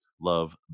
love